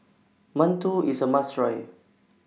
mantou IS A must Try